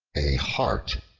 a hart,